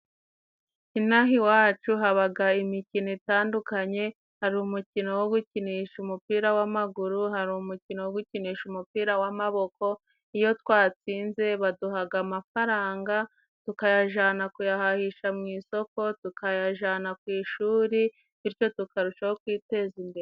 Inaha iwacu habaga imikino itandukanye， hari umukino wo gukinisha umupira w'amaguru， hari umukino wo gukinisha umupira w'amaboko，iyo twatsinze baduhaga amafaranga， tukayajana kuyahahisha mu isoko， tukayajana ku ishuri，bityo tukarushaho kwiteza imbere.